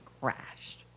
crashed